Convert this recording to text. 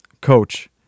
Coach